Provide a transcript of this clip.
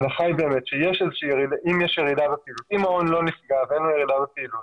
אם מעון נסגר,